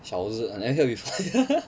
勺子 I never hear before